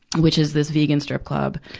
which is this vegan strip club.